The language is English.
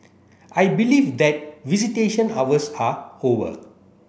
I believe that visitation hours are over